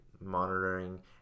monitoring